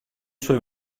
suoi